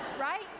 Right